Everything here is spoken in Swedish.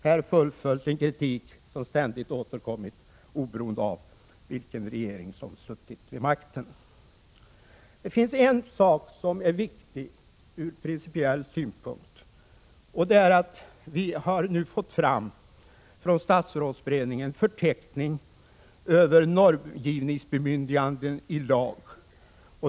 Här fullföljs en kritik som ständigt återkommit, oberoende av vilken regering som suttit vid makten. En sak är viktig ur principiell synpunkt. Vi har nu fått från statsrådsberedningen en förteckning över normgivningsbemyndiganden i lag.